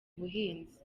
buhinzi